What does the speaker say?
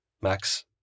Max